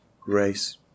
grace